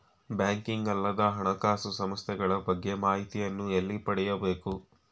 Banking ಅಲ್ಲದ ಹಣಕಾಸು ಸಂಸ್ಥೆಗಳ ಬಗ್ಗೆ ಮಾಹಿತಿಯನ್ನು ಎಲ್ಲಿ ಪಡೆಯಬೇಕು?